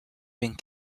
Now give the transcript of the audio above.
being